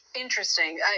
Interesting